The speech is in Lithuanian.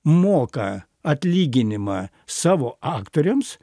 moka atlyginimą savo aktoriams